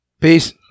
Peace